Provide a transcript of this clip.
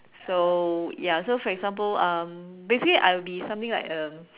so ya so for example um basically I will be something like um